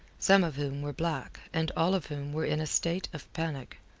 some of whom were black and all of whom were in a state of panic.